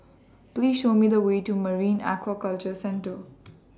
Please Show Me The Way to Marine Aquaculture Centre